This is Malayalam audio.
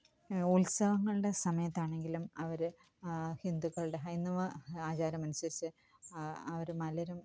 ഉത്സവങ്ങളുടെ സമയത്താണെങ്കിലും അവര് ഹിന്ദുക്കളുടെ ഹൈന്ദവ ആചാരമനുസരിച്ച് അവര് മലരും